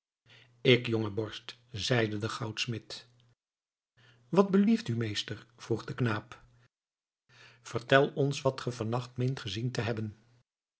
ik jonge borst zeide de goudsmid wat belieft u meester vroeg de knaap vertel ons wat ge vannacht meent gezien te hebben